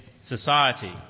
society